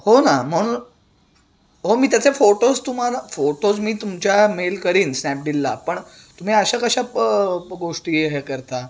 हो ना म्हणून हो मी त्याचे फोटोज तुम्हाला फोटोज मी तुमच्या मेल करीन स्नॅपडीलला पण तुम्ही अशा कशा प गोष्टी हे करता